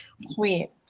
Sweet